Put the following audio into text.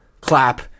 clap